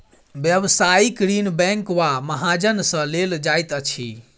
व्यवसायिक ऋण बैंक वा महाजन सॅ लेल जाइत अछि